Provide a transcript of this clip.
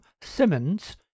Simmons